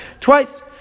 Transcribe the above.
twice